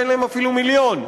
ואין להם אפילו מיליון,